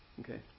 Okay